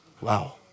Wow